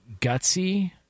Gutsy